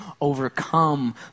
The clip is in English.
overcome